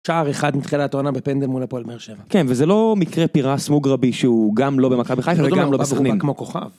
שער אחד מתחילת העונה בפנדל מול הפועל באר שבע. כן, וזה לא מקרה פירס מוגרבי שהוא גם לא במכבי חיפה וגם לא בסכנין.